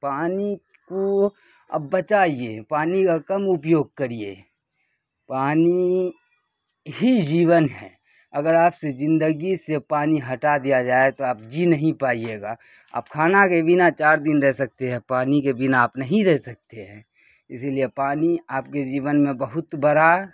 پانی کو اب بچائیے پانی کا کم اپیوگ کریے پانی ہی جیون ہے اگر آپ سے زندگی سے پانی ہٹا دیا جائے تو آپ جی نہیں پائیے گا آپ کھانا کے بنا چار دن رہ سکتے ہیں پانی کے بنا آپ نہیں رہ سکتے ہیں اسی لیے پانی آپ کے جیون میں بہت بڑا